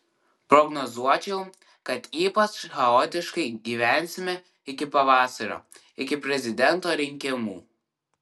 prognozuočiau kad ypač chaotiškai gyvensime iki pavasario iki prezidento rinkimų